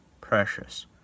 precious